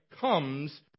comes